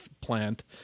plant